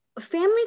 family